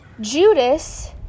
Judas